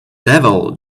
devil